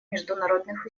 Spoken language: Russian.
международных